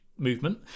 movement